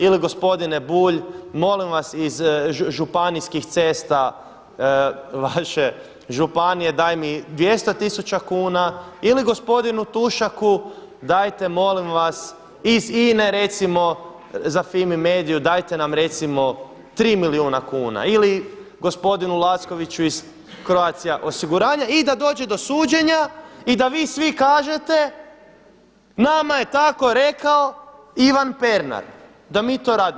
Ili gospodine Bulj molim vas iz županijskih cesta vaše županije taj mi 200 000 kuna ili gospodinu Tušaku dajte molim vas iz INA-e recimo za FIMI Mediu dajte nam recimo 3 milijuna kuna ili gospodinu Lackoviću iz Croatia osiguranja i da dođe do suđenja i da vi svi kažete nama je tako rekao Ivan Pernar da mi to radimo.